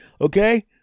Okay